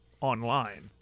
online